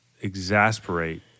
exasperate